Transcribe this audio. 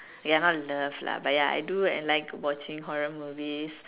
ya not love lah but ya I do like watching horror movies